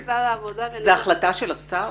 אין למשרד העבודה --- זו החלטה של השר?